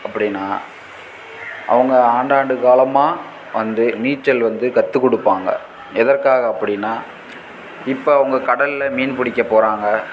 அப்படின்னா அவங்க ஆண்டாண்டு காலமாக வந்து நீச்சல் வந்து கற்றுக் கொடுப்பாங்க எதற்காக அப்படின்னா இப்போ அவங்க கடலில் மீன் பிடிக்க போகிறாங்க